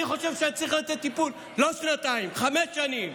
אני חושב שצריך לתת טיפול לא שנתיים, חמש שנים.